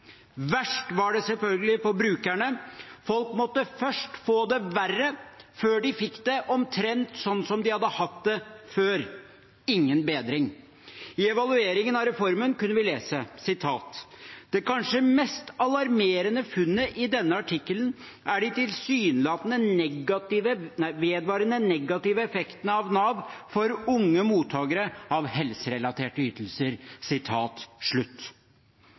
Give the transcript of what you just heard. Verst var det selvfølgelig for brukerne. Folk måtte først få det verre før de fikk det omtrent slik de hadde hatt det før – ingen bedring. I evalueringen av reformen kunne vi lese: «Det kanskje mest alarmerende funnet i denne artikkelen er de tilsynelatende vedvarende negative effektene av NAV for unge mottakere av helserelaterte ytelser.»